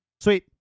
Sweet